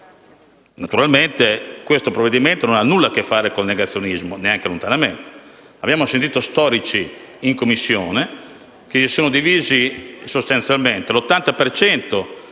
Naturalmente questo provvedimento non ha nulla a che fare con il negazionismo, neanche lontanamente. Abbiamo sentito storici in Commissione dividersi: sostanzialmente l'80